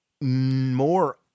more